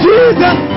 Jesus